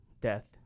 death